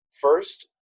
first